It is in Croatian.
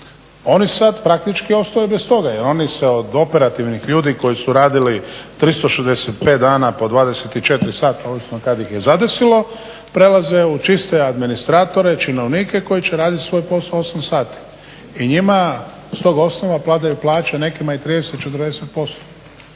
Oni sad praktički ostaju bez toga, jer oni se od operativnih ljudi koji su radili 365 dana po 24 sata ovisno kad ih je zadesilo, prelaze u čiste administratore, činovnike koji će raditi svoj posao 8 sati. I njima s tog osnova padaju plaće, nekima i 30 i 40%.